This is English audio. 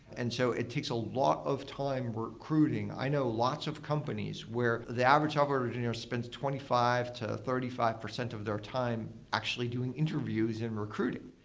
and so it takes a lot of time recruiting. i know lots of companies where the average software engineer spends twenty five percent to thirty five percent of their time actually doing interviews and recruiting.